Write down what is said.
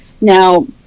Now